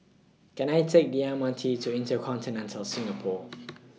Can I Take The M R T to InterContinental Singapore